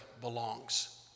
belongs